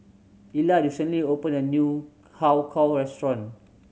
Ila recently opened a new Har Kow restaurant